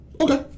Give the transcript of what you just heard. Okay